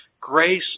grace